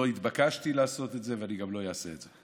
לא התבקשתי לעשות את זה וגם לא אעשה את זה.